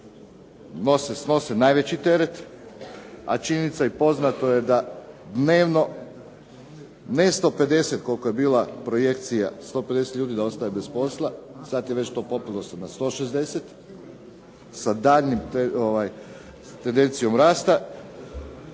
snose najveći teret, a činjenica i poznato je da dnevno ne 150 koliko je bila projekcija, 150 ljudi da ostaje bez posla, sad je već to popelo se na 160 sa daljnjom tendencijom rasta,